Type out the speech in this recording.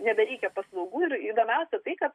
nebereikia paslaugų ir įdomiausia tai kad